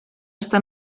està